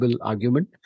argument